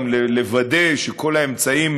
גם כדי לוודא שכל האמצעים,